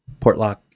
Portlock